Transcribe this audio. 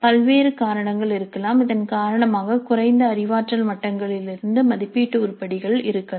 பல்வேறு காரணங்கள் இருக்கலாம் இதன் காரணமாக குறைந்த அறிவாற்றல் மட்டங்களிலிருந்து மதிப்பீட்டு உருப்படிகள் இருக்கலாம்